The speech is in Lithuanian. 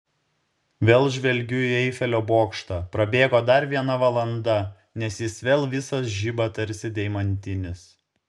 vėl žvelgiu į eifelio bokštą prabėgo dar viena valanda nes jis vėl visas žiba tarsi deimantinis